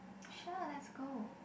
sure let's go